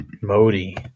Modi